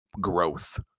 growth